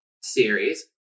series